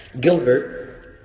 Gilbert